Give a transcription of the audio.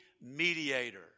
mediator